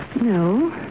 No